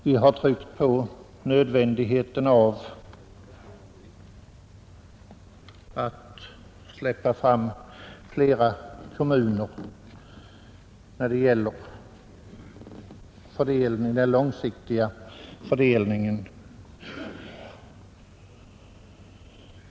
Vi har tryckt på nödvändigheten av att låta flera kommuner få långsiktiga planeringsbesked.